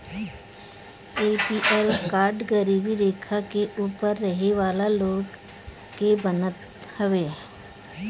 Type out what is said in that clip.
APL card गरीबी रेखा के ऊपर रहे वाला लोग के बनत हवे